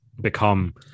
become